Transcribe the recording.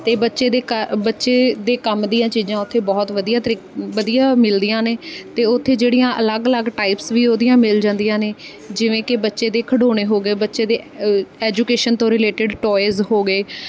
ਅਤੇ ਬੱਚੇ ਦੇ ਕਾ ਬੱਚੇ ਦੇ ਕੰਮ ਦੀਆਂ ਚੀਜ਼ਾਂ ਉੱਥੇ ਬਹੁਤ ਵਧੀਆ ਤਰੀਕੇ ਵਧੀਆ ਮਿਲਦੀਆਂ ਨੇ ਅਤੇ ਉੱਥੇ ਜਿਹੜੀਆਂ ਅਲੱਗ ਅਲੱਗ ਟਾਈਪਸ ਵੀ ਉਹਦੀਆਂ ਮਿਲ ਜਾਂਦੀਆਂ ਨੇ ਜਿਵੇਂ ਕਿ ਬੱਚੇ ਦੇ ਖਿਡੌਣੇ ਹੋ ਗਏ ਬੱਚੇ ਦੇ ਐਜੂਕੇਸ਼ਨ ਤੋਂ ਰਿਲੇਟਡ ਟੋਇਜ਼ ਹੋ ਗਏ